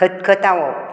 खतखतावप